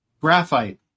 graphite